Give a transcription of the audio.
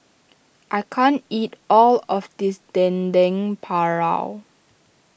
I can't eat all of this Dendeng Paru